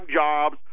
jobs